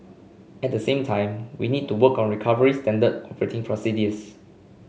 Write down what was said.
at the same time we need to work on recovery standard operating procedures